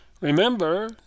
Remember